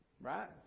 right